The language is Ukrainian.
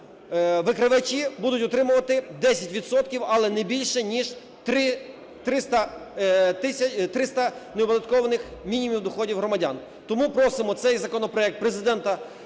Викривачі будуть отримувати 10 відсотків, але не більше ніж 300 неоподаткованих мінімумів доходів громадян. Тому просимо цей законопроект Президента